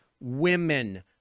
women